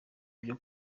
byo